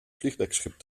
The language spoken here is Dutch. vliegdekschip